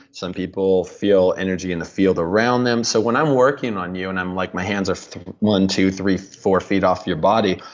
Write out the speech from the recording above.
some people feel energy in the field around them so when i'm working on you, and like my hands are one, two, three, four feet off your body,